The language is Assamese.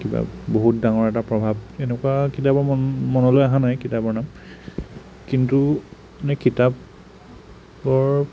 কিবা বহুত ডাঙৰ এটা প্ৰভাৱ এনেকুৱা কিতাপৰ মন মনলৈ অহা নাই কিতাপৰ নাম কিন্তু মানে কিতাপৰ